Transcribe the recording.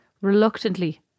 reluctantly